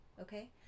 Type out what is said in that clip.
Okay